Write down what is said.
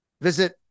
Visit